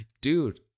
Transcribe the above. Dude